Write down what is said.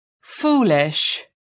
Foolish